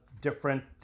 different